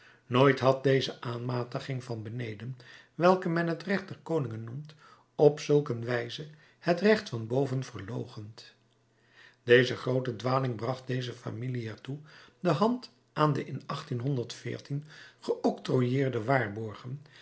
nooit had deze aanmatiging van beneden welke men het recht der koningen noemt op zulk een wijze het recht van boven verloochend deze groote dwaling bracht deze familie er toe de hand aan de in geoktrooieerde waarborgen